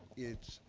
it's